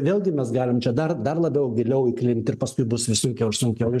vėlgi mes galim čia dar dar labiau giliau įklimpti ir paskui bus vis sunkiau ir sunkiau